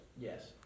Yes